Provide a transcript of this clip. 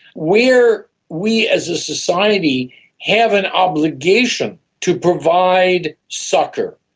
where we as a society have an obligation to provide succour,